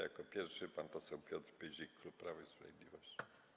Jako pierwszy pan poseł Piotr Pyzik, klub Prawo i Sprawiedliwość.